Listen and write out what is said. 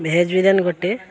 veg biryani ଗୋଟେ